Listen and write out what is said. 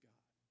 God